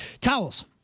Towels